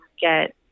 get